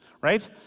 Right